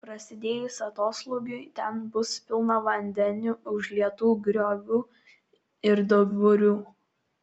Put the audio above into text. prasidėjus atoslūgiui ten bus pilna vandeniu užlietų griovų ir duburių